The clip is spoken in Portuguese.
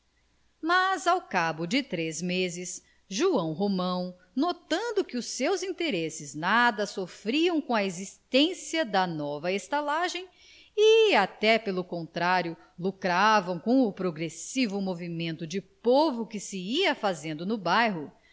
mas ao cabo de três meses joão romão notando que os seus interesses nada sofriam com a existência da nova estalagem e até pelo contrário lucravam com o progressivo movimento de povo que se ia fazendo no bairro